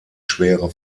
schwere